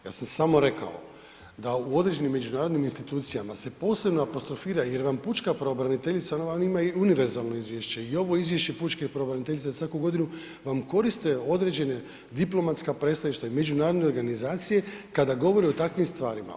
Ja sam samo rekao da u određenim međunarodnim institucijama se posebno apostrofira jer vam pučka pravobraniteljica, ona vam ima i univerzalno izvješće i ovo izvješće pučke pravobraniteljice svaku godinu vam koriste određene diplomatska predstavništva i međunarodne organizacije kada govori o takvim stvarima.